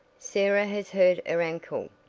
sarah has hurt her ankle,